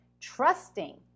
trusting